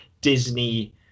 Disney